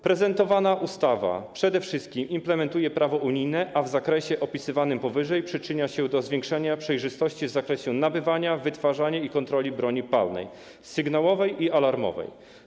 Prezentowana ustawa przede wszystkim implementuje prawo unijne, a w zakresie opisywanym powyżej przyczynia się do zwiększenia przejrzystości nabywania, wytwarzania i kontroli broni palnej, sygnałowej i alarmowej.